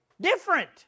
Different